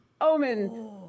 Omen